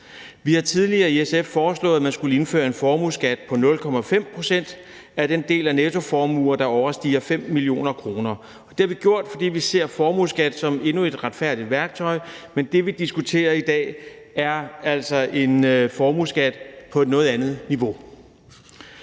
Vi har tidligere i SF foreslået, at man skulle indføre en formueskat på 0,5 pct. af den del af nettoformuerne, der overstiger 5 mio. kr., og det har vi gjort, fordi vi ser en formueskat som endnu et retfærdigt værktøj. Men det, vi diskuterer i dag, er altså en formueskat på et noget andet niveau.